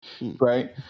right